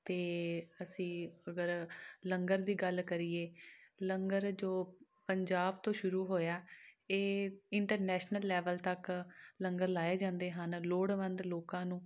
ਅਤੇ ਅਸੀਂ ਅਗਰ ਲੰਗਰ ਦੀ ਗੱਲ ਕਰੀਏ ਲੰਗਰ ਜੋ ਪੰਜਾਬ ਤੋਂ ਸ਼ੁਰੂ ਹੋਇਆ ਇਹ ਇੰਟਰਨੈਸ਼ਨਲ ਲੈਵਲ ਤੱਕ ਲੰਗਰ ਲਾਏ ਜਾਂਦੇ ਹਨ ਲੋੜਵੰਦ ਲੋਕਾਂ ਨੂੰ